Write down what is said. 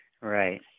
right